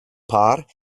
paar